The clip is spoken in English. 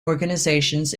organisations